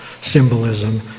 symbolism